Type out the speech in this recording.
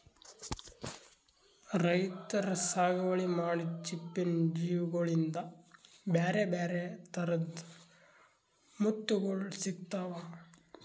ರೈತರ್ ಸಾಗುವಳಿ ಮಾಡಿದ್ದ್ ಚಿಪ್ಪಿನ್ ಜೀವಿಗೋಳಿಂದ ಬ್ಯಾರೆ ಬ್ಯಾರೆ ಥರದ್ ಮುತ್ತುಗೋಳ್ ಸಿಕ್ತಾವ